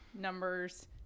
numbers